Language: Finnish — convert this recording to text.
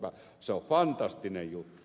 se on fantastinen juttu